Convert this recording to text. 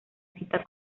cita